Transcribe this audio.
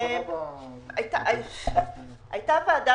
אם אני לא טועה, ב-2014 היתה ועדה